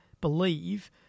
believe